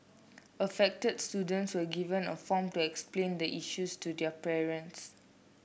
affected students were given a form to explain the issues to their parents